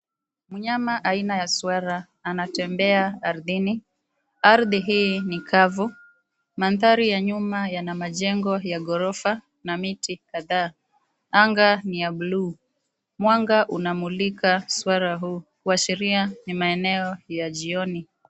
Mnyama aina ya swara anatembea ardhini. Ardhi hii ni kavu. Mandhari ya nyuma yana majengo ya ghorofa na miti kadhaa. Anga ni ya blue . Mwanga unamulika swara huyu kuashiria ni maeneo ya jioni.